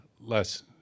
less